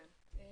כן.